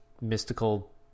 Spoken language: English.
mystical